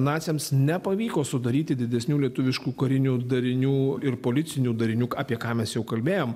naciams nepavyko sudaryti didesnių lietuviškų karinių darinių ir policinių darinių apie ką mes jau kalbėjom